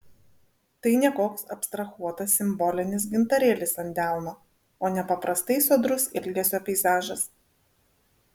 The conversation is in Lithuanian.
tai ne koks abstrahuotas simbolinis gintarėlis ant delno o nepaprastai sodrus ilgesio peizažas